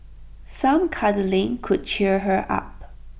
some cuddling could cheer her up